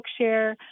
Bookshare